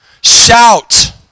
shout